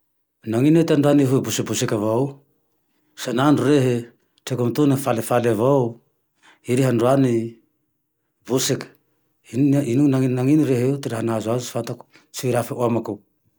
Ninino iha tandroane hoy nibosabosaka avao io, san'andro rehe treko etona falefale avao i rehe androany boseke, inona, nanino rehe eo ty raha nahazo azo tsy fantako, tsy irehefao amako